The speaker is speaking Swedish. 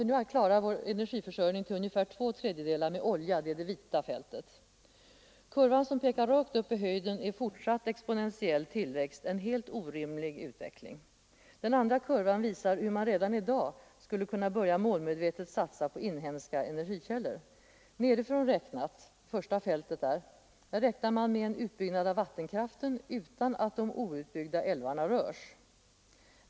Vi klarar nu energiförsörjningen till ungefär två tredjedelar med olja. Kurvan som pekar rakt upp i höjden visar fortsatt exponentiell tillväxt, en helt orimlig utveckling. Den andra kurvan visar hur man redan i dag skulle kunna börja målmedvetet satsa på inhemska energikällor. Nerifrån på diagrammet räknar man med en utbyggnad av våttenkraften utan att de outbyggda älvarna rörs.